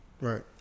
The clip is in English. right